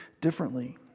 differently